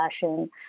fashion